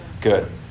Good